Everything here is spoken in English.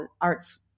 arts